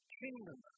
kingdom